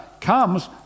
comes